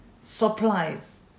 supplies